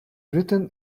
written